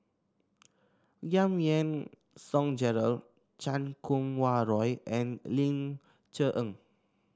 Giam Yean Song Gerald Chan Kum Wah Roy and Ling Cher Eng